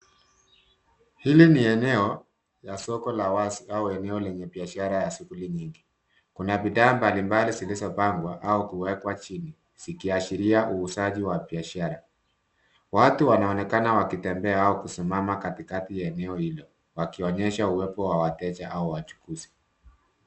Hili ni eneo ya soko la wazi au eneo lenye biashara ya shughuli nyingi. Kuna bidhaa mbalimbali zilizopangwa au kuwekwa chini zikiashiria uuzaji wa biashara. Watu wanaonekana wakitembea au kusimama katikati ya eneo hilo, wakionyesha uwepo wa wateja au wachukuzi.